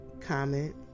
comment